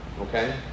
Okay